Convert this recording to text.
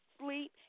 sleep